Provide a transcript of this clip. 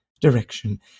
direction